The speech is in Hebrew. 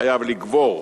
חייב לגבור